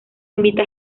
invita